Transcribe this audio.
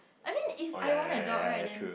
I mean if I want a dog right then like